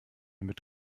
mit